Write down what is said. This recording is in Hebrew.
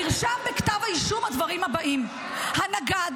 נרשמו בכתב האישום הדברים הבאים: הנגד